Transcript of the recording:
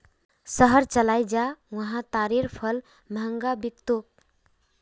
शहर चलइ जा वहा तारेर फल महंगा बिक तोक